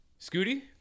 Scooty